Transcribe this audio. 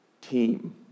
team